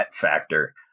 factor